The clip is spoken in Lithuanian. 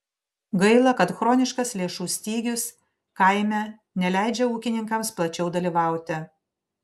gaila kad chroniškas lėšų stygius kaime neleidžia ūkininkams plačiau dalyvauti